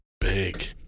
big